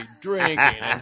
drinking